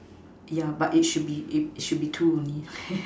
yeah but it should be it should be two only